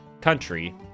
country